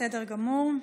בסדר גמור.